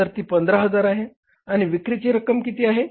तर ती 15000 आहे आणि विक्रीची रक्कम किती आहे